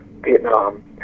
Vietnam